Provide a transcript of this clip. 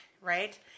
right